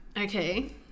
Okay